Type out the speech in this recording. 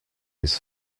his